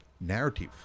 narrative